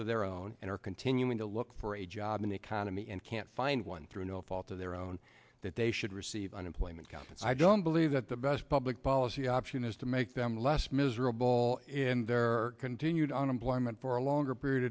of their own and are continuing to look for a job in the economy and can't find one through no fault of their own that they should receive unemployment down i don't believe that the best public policy option is to make them less miserable in their continued unemployment for a longer period